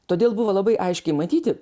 todėl buvo labai aiškiai matyti